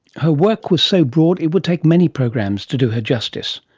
her work was so broad it would take many programs to do her justice,